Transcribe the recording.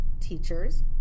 teachers